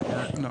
לא,